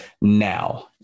now